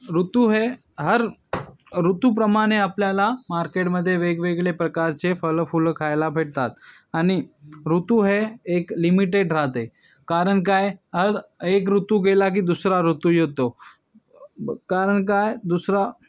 ऋतू हे हर ऋतूप्रमाणे आपल्याला मार्केटमध्ये वेगवेगळे प्रकारचे फळं फुलं खायला भेटतात आणि ऋतू हे एक लिमिटेड राहते कारण काय अग एक ऋतू गेला की दुसरा ऋतू येतो कारण काय दुसरा